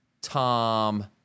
Tom